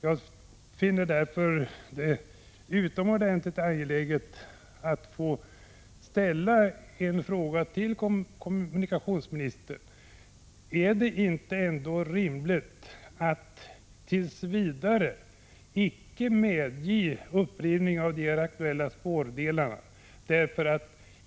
Jag finner det därför utomordentligt angeläget att få ställa en fråga till kommunikationsministern: Är det inte ändå rimligt att tills vidare icke medge upprivning av de här aktuella spårdelarna?